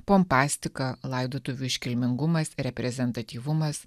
pompastika laidotuvių iškilmingumas reprezentatyvumas